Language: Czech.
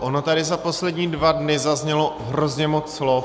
Ono tady za poslední dva dny zaznělo hrozně moc slov.